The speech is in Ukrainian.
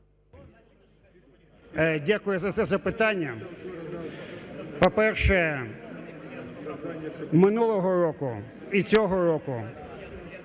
Дякую за це запитання. По-перше, минулого року і цього року